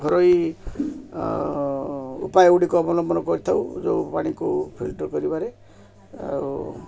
ଘରୋଇ ଉପାୟ ଗୁଡ଼ିକ ଅବଲମ୍ବନ କରିଥାଉ ଯୋଉ ପାଣିକୁ ଫିଲ୍ଟର କରିବାରେ ଆଉ